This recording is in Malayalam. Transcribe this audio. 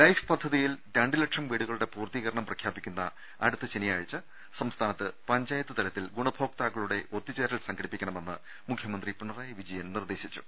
ലൈഫ് പദ്ധതിയിൽ രണ്ട് ലക്ഷം വീടുകളുടെ പൂർത്തീകരണം പ്രഖ്യാപിക്കുന്ന അടുത്ത ശനിയാഴ്ച്ച സംസ്ഥാനത്ത് പഞ്ചായത്ത് തല ത്തിൽ ഗുണഭോക്താക്കളുടെ ഒത്തുചേരൽ സംഘടിപ്പിക്കണമെന്ന് മുഖ്യമന്ത്രി പിണറായി വിജയൻ നിർദേശിച്ചു